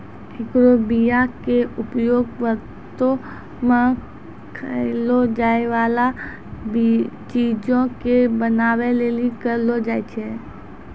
एकरो बीया के उपयोग व्रतो मे खयलो जाय बाला चीजो के बनाबै लेली करलो जाय छै